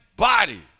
body